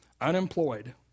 unemployed